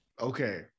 Okay